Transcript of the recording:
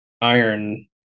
iron